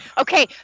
Okay